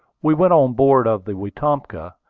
we went on board of the wetumpka.